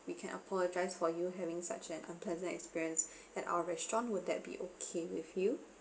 we can apologize for you having such an unpleasant experience at our restaurant would that be okay with you